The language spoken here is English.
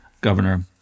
governor